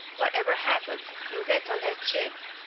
whatever happens, you'll get on that ship!